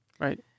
right